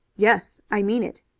yes, i mean it.